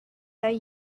their